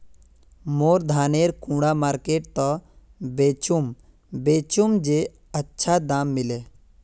मोर धानेर कुंडा मार्केट त बेचुम बेचुम जे अच्छा दाम मिले?